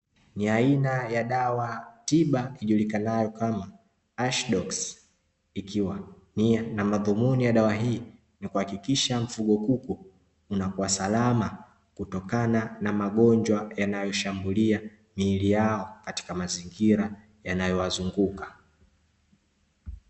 Ni aina ya dawa tiba ijulikanayo kama "ashidoksi", ikiwa nia na madhumuni ya dawa hii, ni kuhakikisha mfugo kuku unakuwa salama, kutokana na magonjwa yanayoshambulia miili yao katika mazingira yanayowazunguka.